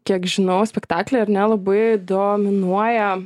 kiek žinau spektakly ar ne labai dominuoja